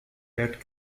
bert